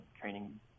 training